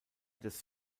des